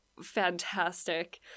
fantastic